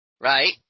right